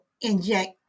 inject